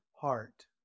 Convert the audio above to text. heart